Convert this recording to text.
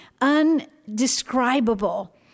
undescribable